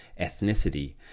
ethnicity